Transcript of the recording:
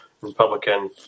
Republican